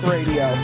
Radio